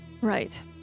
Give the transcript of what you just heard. Right